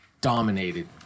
dominated